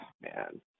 man